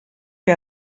que